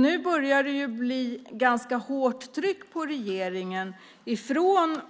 Nu börjar det bli ganska hårt tryck på regeringen från